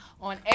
on